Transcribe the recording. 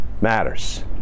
matters